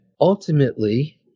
ultimately